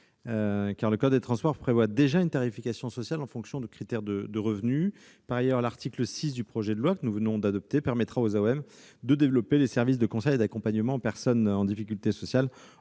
car le code des transports prévoit déjà une tarification sociale en fonction d'un critère de revenu. Par ailleurs, l'article 6 du projet de loi permettra aux AOM de développer les services de conseil et d'accompagnement aux personnes en difficulté sociale,